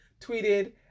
tweeted